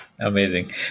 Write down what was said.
Amazing